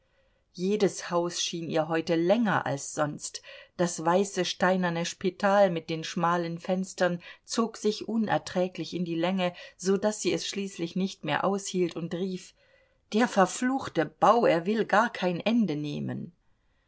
jedes haus schien ihr heute länger als sonst das weiße steinerne spital mit den schmalen fenstern zog sich unerträglich in die länge so daß sie es schließlich nicht mehr aushielt und rief der verfluchte bau er will gar kein ende nehmen